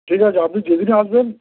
ঠিক আছে আপনি যেদিন আসবেন